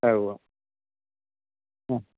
ആ ഉവ്വാ ആ